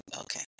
okay